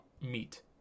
meet